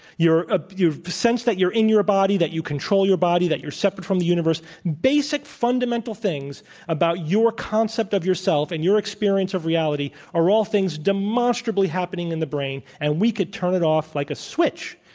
your ah your sense that you're in your body, that you control your body, that you separate from the universe basic fundamental things about your concept of yourself and your experience of reality are all things demonstrably happening in the brain, and we could turn it off like a switch.